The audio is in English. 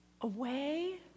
Away